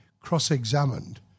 cross-examined